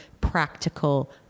practical